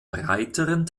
breiteren